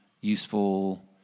useful